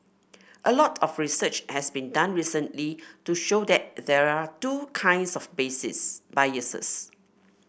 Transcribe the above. a lot of research has been done recently to show that there are two kinds of biases